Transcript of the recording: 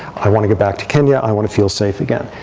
i want to go back to kenya. i want to feel safe again.